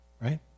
right